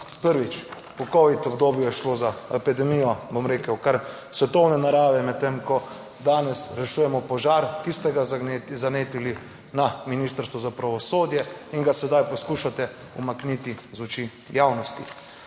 Prvič, v Covid obdobju je šlo za epidemijo, bom rekel, kar svetovne narave, medtem ko danes rešujemo požar, ki ste ga zanetili na Ministrstvu za pravosodje in ga sedaj poskušate umakniti iz oči javnosti.